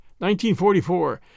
1944